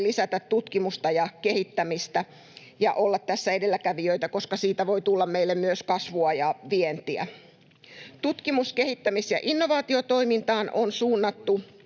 lisätä tutkimusta ja kehittämistä ja olla tässä edelläkävijöitä, koska siitä voi tulla meille myös kasvua ja vientiä. Tutkimus‑, kehittämis‑ ja innovaatiotoimintaan on suunnattu